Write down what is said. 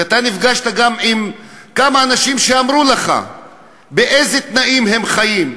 ואתה נפגשת גם עם כמה אנשים שאמרו לך באיזה תנאים הם חיים,